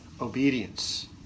obedience